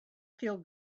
feel